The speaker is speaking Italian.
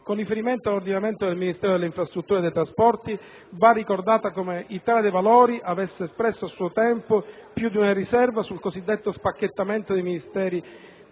Con riferimento all'ordinamento del Ministero delle infrastrutture e dei trasporti, va ricordato come Italia dei Valori avesse espresso, a suo tempo, più di una riserva sul cosiddetto "spacchettamento" dei Ministeri